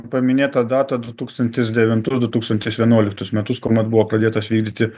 paminėt tą datą du tūkstantis devintus du tūkstančiai vienuoliktus metus kuomet buvo pradėtas vykdyti